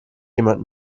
jemand